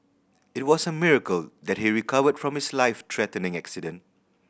it was a miracle that he recovered from his life threatening accident